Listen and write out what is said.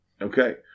Okay